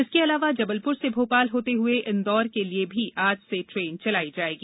इसके अलावा जबलपुर से भोपाल होते हुए इंदौर के लिए भी आज से ट्रेन चलाई जायेगी